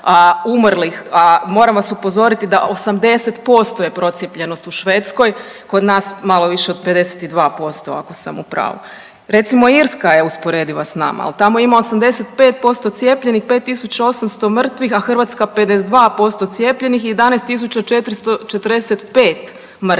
moram sva upozoriti da 80% je procijepljenost u Švedskoj, kod nas malo više od 52% ako sam u pravu. Recimo Irska je usporediva s nama al tamo ima 85% cijepljenih 5.800 mrtvih, a Hrvatska 52% cijepljenih i 11.445 mrtvih.